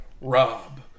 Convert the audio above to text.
Rob